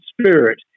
spirit